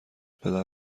پدر